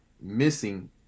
missing